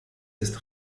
ist